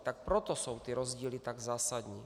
Tak proto jsou ty rozdíly tak zásadní.